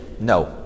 No